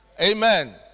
Amen